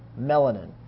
Melanin